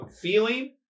feeling